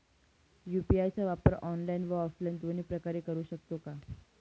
UPI चा वापर online व ऑफलाईन दोन्ही प्रकारे करु शकतो का?